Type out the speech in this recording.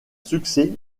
succès